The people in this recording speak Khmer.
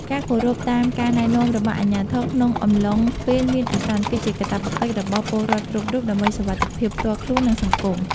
ការគោរពតាមការណែនាំរបស់អាជ្ញាធរក្នុងអំឡុងពេលមានអាសន្ន គឺជាកាតព្វកិច្ចរបស់ពលរដ្ឋគ្រប់រូបដើម្បីសុវត្ថិភាពផ្ទាល់ខ្លួន និងសង្គម។